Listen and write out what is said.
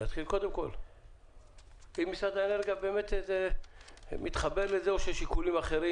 אם משרד האנרגיה באמת מתחבר לזה או שיש שיקולים אחרים?